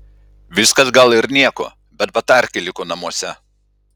viskas gal ir nieko bet batarkė liko namuose